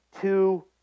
two